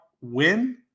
win